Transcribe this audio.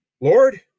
lord